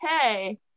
okay